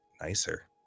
nicer